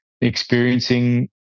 experiencing